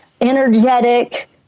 energetic